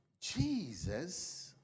Jesus